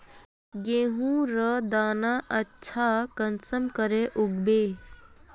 गेहूँर दाना अच्छा कुंसम के उगबे?